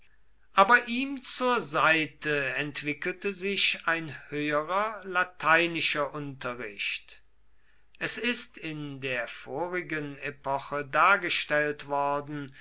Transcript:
aber ihm zur seite entwickelte sich ein höherer lateinischer unterricht es ist in der vorigen epoche dargestellt worden